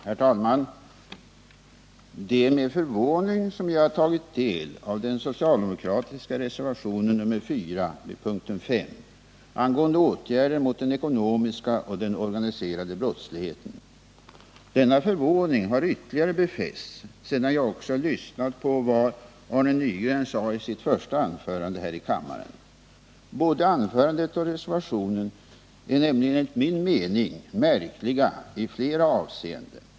Herr talman! Det är med förvåning som jag har tagit del av den socialdemokratiska reservationen 4 vid punkten 5 angående åtgärder mot den ekonomiska och den organiserade brottsligheten. Denna förvåning har ytterligare befästs sedan jag nu också har lyssnat på vad Arne Nygren sade i sitt första anförande här i kammaren. Både anförandet och reservationen är nämligen enligt min mening märkliga i flera avseenden.